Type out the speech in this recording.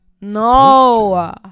No